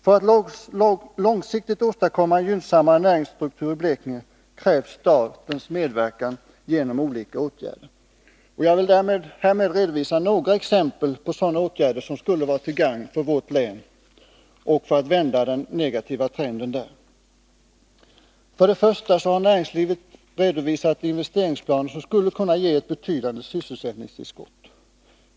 För att långsiktigt åstadkomma en gynnsammare näringsstruktur i Blekinge krävs statens medverkan genom olika åtgärder. Jag vill härmed redovisa några exempel på sådana åtgärder som skulle vara till gagn för att vända den negativa trenden i vårt län. 1. Från näringslivets sida har redovisats investeringsplaner som skulle kunna ge ett betydande sysselsättningstillskott.